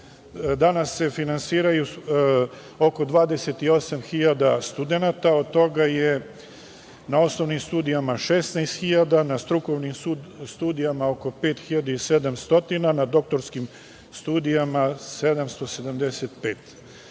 danas se finansira oko 28.000 studenata, od toga je na osnovnim studijama 16.000, na strukovnim studijama oko 5.700, na doktorskim studijama 775